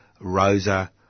Rosa